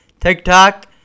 TikTok